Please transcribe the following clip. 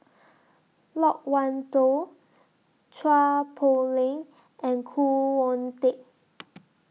Loke Wan Tho Chua Poh Leng and Khoo Oon Teik